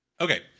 Okay